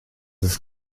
ist